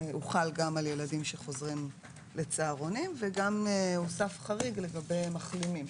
הוחל גם על ילדים שחוזרים לצהרונים וגם הוסף חריג לגבי מחלימים,